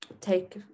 take